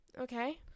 Okay